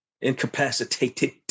incapacitated